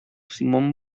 simón